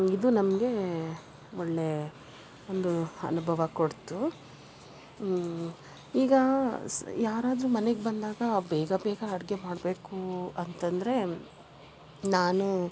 ಇದು ನಮಗೆ ಒಳ್ಳೆಯ ಒಂದು ಅನುಭವ ಕೊಡ್ತು ಈಗ ಸ್ ಯಾರಾದ್ರೂ ಮನೆಗೆ ಬಂದಾಗ ಬೇಗ ಬೇಗ ಅಡುಗೆ ಮಾಡಬೇಕು ಅಂತಂದರೆ ನಾನು